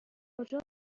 کجا